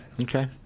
Okay